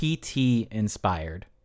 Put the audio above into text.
PT-inspired